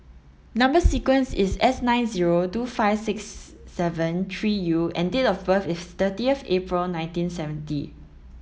number sequence is S nine zero two five six seven three U and date of birth is thirtieth April nineteen seventy